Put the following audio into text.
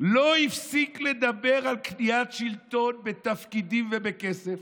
לא הפסיק לדבר על קניית שלטון בתפקידים ובכסף,